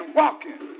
walking